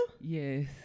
Yes